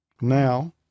Now